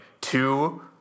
two